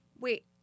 Wait